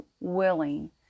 willing